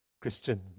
Christian